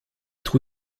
trous